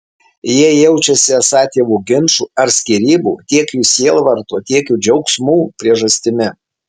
jie jaučiasi esą tėvų ginčų ar skyrybų tiek jų sielvarto tiek jų džiaugsmų priežastimi